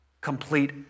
complete